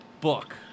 Book